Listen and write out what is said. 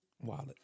wallet